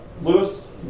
Lewis